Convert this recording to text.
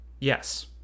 Yes